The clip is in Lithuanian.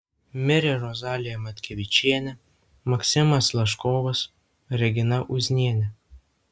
mirė rozalija matkevičienė maksimas laškovas regina uznienė